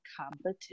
competition